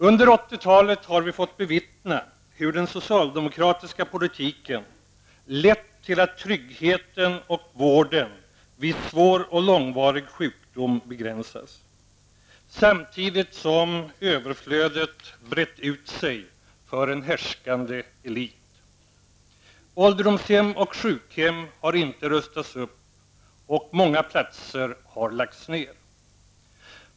Under 80-talet har vi fått bevittna hur den socialdemokratiska politiken lett till att tryggheten och vården vid svår och långvarig sjukdom begränsats -- samtidigt som överflödet brett ut sig för en härskande elit. Ålderdomshem och sjukhem har inte rustats upp, och många platser har lagts ned.